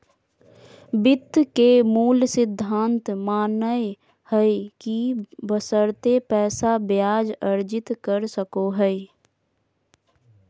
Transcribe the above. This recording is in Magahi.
वित्त के मूल सिद्धांत मानय हइ कि बशर्ते पैसा ब्याज अर्जित कर सको हइ